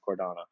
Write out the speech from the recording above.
cordana